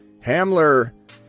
Hamler